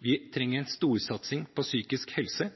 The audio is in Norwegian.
Vi trenger en storsatsing på psykisk helse,